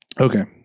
Okay